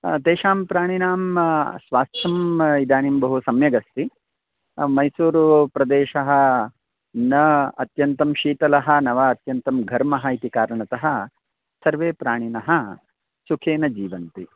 तेषां प्राणिनां स्वास्थ्यं इदानीं बहु सम्यक् अस्ति मैसूरुप्रदेशः न अत्यन्तं शीतलः न वा अत्यन्तं घर्मः इति कारणतः सर्वे प्राणिनः सुखेन जीवन्ति